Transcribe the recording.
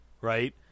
Right